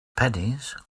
pennies